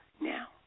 now